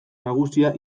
nagusia